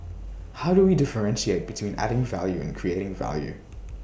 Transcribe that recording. how do we differentiate between adding value and creating value